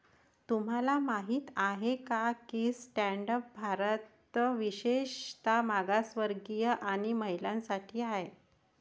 तुम्हाला माहित आहे का की स्टँड अप भारत विशेषतः मागासवर्गीय आणि महिलांसाठी आहे